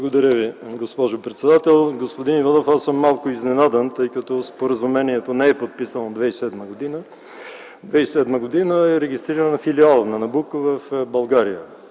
Благодаря Ви, госпожо председател. Господин Иванов, аз съм малко изненадан, тъй като споразумението не е подписано 2007 г. Две хиляди и седма година е регистриран филиал на „Набуко” в България,